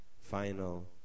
final